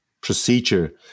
procedure